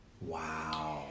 Wow